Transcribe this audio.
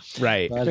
right